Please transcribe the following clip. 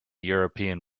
european